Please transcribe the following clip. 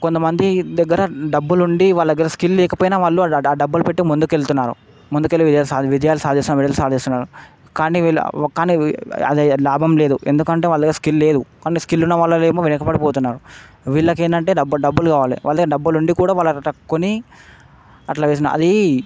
కొంతమంది దగ్గర డబ్బులుండి వాళ్ళ దగ్గర స్కిల్ లేకపోయినా వాళ్ళు ఆ డబ్బులు పెట్టి ముందుకు వెళ్తున్నారు ముందుకెళ్ళి విజయం సాధి విజయాలు సాధిస్తున్నారు విజయాలు సాధిస్తున్నారు కానీ వీళ్ళు ఓ కానీ అదే లాభం లేదు ఎందుకంటే వాళ్ళ దగ్గర స్కిల్ లేదు కొందరు స్కిల్ ఉన్న వాళ్ళేమో వెనకపడిపోతున్నారు వీళ్ళకేందంటే డబ్బు డబ్బులు కావలె వాళ్ళ దగ్గర డబ్బులుండి కూడా కొని అట్లా చేసిన అది